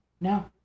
no